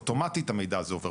אוטומטית המידע הזה עובר.